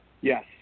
Yes